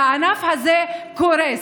והענף הזה קורס.